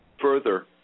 further